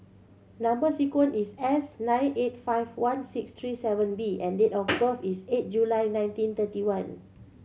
number sequence is S nine eight five one six three seven B and date of birth is eight July nineteen thirty one